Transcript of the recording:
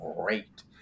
great